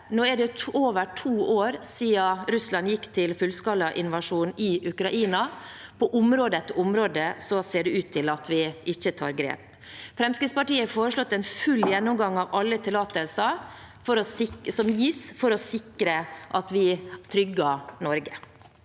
Nå er det over to år siden Russland gikk til fullskalainvasjon i Ukraina. På område etter område ser det ut til at vi ikke tar grep. Fremskrittspartiet har foreslått en full gjennomgang av alle tillatelser som gis, for å sikre at vi trygger Norge.